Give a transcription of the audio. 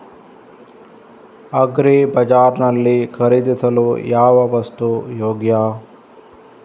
Agri bazaar ನಲ್ಲಿ ಖರೀದಿಸಲು ಯಾವ ವಸ್ತು ಯೋಗ್ಯ?